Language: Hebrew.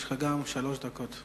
יש גם לך שלוש דקות.